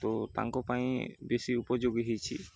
ତ ତାଙ୍କ ପାଇଁ ବେଶୀ ଉପଯୋଗୀ ହୋଇଛି